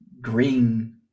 green